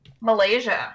Malaysia